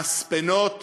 המספנות